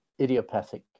idiopathic